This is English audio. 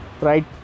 Right